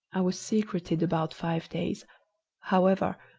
i was secreted about five days however,